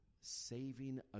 saving